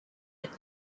had